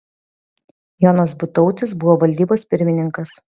jonas butautis buvo valdybos pirmininkas